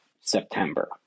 September